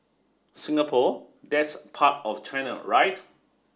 Singapore that's part of China right